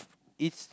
it's